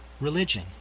religion